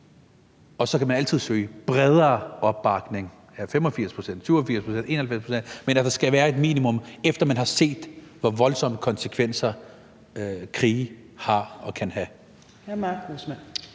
Så kan man altid søge bredere opbakning – 85 pct., 87 pct., 91 pct. – men der skal være et minimum, efter man har set, hvor voldsomme konsekvenser krige har og kan have.